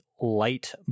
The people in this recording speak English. light